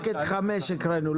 רק את 5 הקראנו.